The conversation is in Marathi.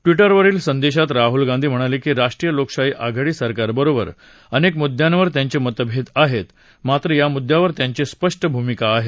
ट्विटरवरील संदेशात राहूल गांधी म्हणाले की रालोआ सरकारबरोबर अनेक मुद्दयांवर त्यांचे मतभेद आहेत मात्र या मुद्दयावर त्यांची स्पष्ट भूमिका आहे